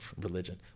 religion